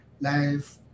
life